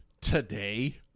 today